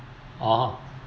orh